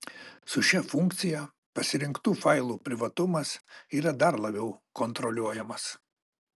su šia funkcija pasirinktų failų privatumas yra dar labiau kontroliuojamas